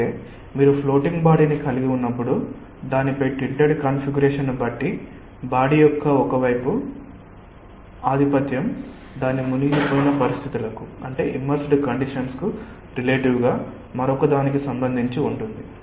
అయితే మీరు ఫ్లోటింగ్ బాడీని కలిగి ఉన్నప్పుడు దానిపై టిల్టెడ్ కాన్ఫిగరేషన్ను బట్టి బాడి యొక్క ఒక వైపు ఆధిపత్యం దాని ఇమ్మర్స్డ్ కండిషన్స్ కు రిలేటివ్ గా మరొకదానికి సంబంధించి ఉంటుంది